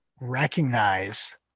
recognize